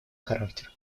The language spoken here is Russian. характер